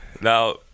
Now